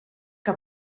que